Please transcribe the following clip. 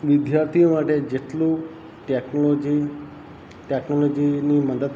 વિદ્યાર્થીઓ માટે જેટલું ટેકનોલોજી ટેકનોલોજીની મદદ